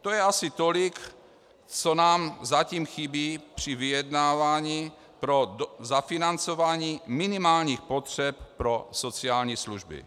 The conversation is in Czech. To je asi tolik, co nám zatím chybí při vyjednávání pro zafinancování minimálních potřeb pro sociální služby.